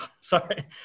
sorry